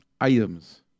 items